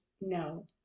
no